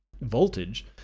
Voltage